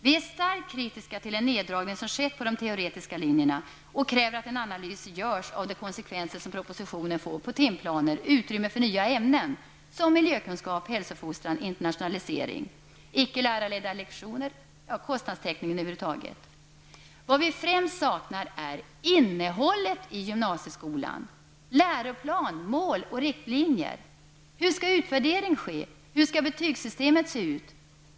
Vi är starkt kritiska till den neddragning som skett på de teoretiska linjerna och kräver att en analys görs av de konsekvenser som propositionen får på timplanen, utrymme för nya ämnen som miljökunskap, hälsofostran och internationalisering, icke-lärarledda lektioner och kostnadstäckningen över huvud taget. Vad vi främst saknar är innehållet i gymnasieskolan, dvs. läroplan, mål och riktlinjer. Hur skall utvärdering ske? Hur skall betygssystemet se ut?